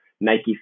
Nike